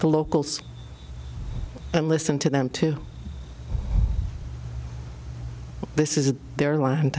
the locals and listen to them too this is their land